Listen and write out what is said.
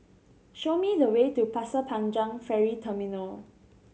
show me the way to Pasir Panjang Ferry Terminal